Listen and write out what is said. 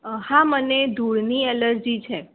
હા મને ધૂળની એલેર્જી છે